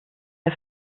der